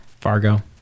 Fargo